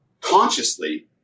consciously